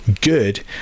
good